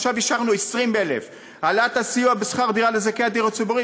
עכשיו אישרנו 20,000. העלאת הסיוע בשכר דירה לזכאי הדיור הציבורי,